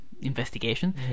Investigation